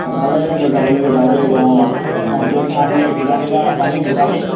পথাৰলৈ গৈ যাব লাগে যাব লাগিব অঁ পথাৰত গৈ চামগৈ কিজানি বা পানী শুকালেই